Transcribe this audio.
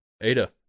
Ada